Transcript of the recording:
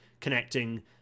connecting